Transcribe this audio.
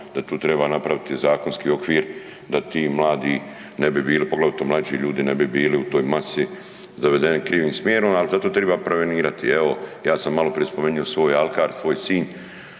da tu treba napraviti zakonski okvir da ti mladi ne bi bili, poglavito mlađi ljudi ne bi bili u toj masi zavedeni krivim smjerom ali zato treba prevenirati. Evo ja sam maloprije spomenuo svoj Alkar, svoj Sinj,